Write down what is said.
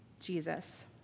Jesus